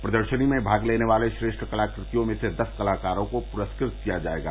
प्रदर्षनी में भाग लेने वाले श्रेश्ठ कलाकृतियों में से दस कलाकारों को पुरस्कृत किया जायेगा